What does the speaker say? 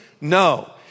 No